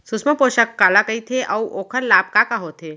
सुषमा पोसक काला कइथे अऊ ओखर लाभ का का होथे?